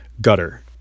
gutter